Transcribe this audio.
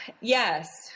yes